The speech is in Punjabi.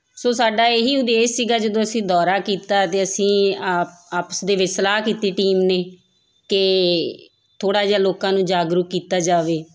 ਸੋ ਸਾਡਾ ਇਹੀ ਉਦੇਸ਼ ਸੀਗਾ ਜਦੋਂ ਅਸੀਂ ਦੌਰਾ ਕੀਤਾ ਅਤੇ ਅਸੀਂ ਆ ਆਪਸ ਦੇ ਵਿੱਚ ਸਲਾਹ ਕੀਤੀ ਟੀਮ ਨੇ ਕਿ ਥੋੜ੍ਹਾ ਜਿਹਾ ਲੋਕਾਂ ਨੂੰ ਜਾਗਰੂਕ ਕੀਤਾ ਜਾਵੇ